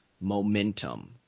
momentum